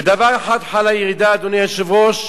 בדבר אחד חלה ירידה, אדוני היושב-ראש: